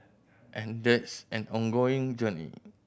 and that's an ongoing journey